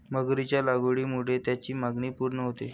मगरीच्या लागवडीमुळे त्याची मागणी पूर्ण होते